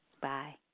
Bye